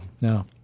No